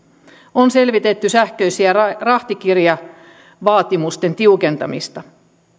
on selvitetty sähköisten rahtikirjavaatimusten tiukentamista